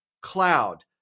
cloud